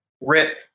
Rip